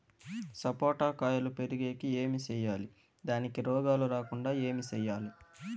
సపోట కాయలు పెరిగేకి ఏమి సేయాలి దానికి రోగాలు రాకుండా ఏమి సేయాలి?